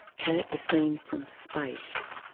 can it be seen from space?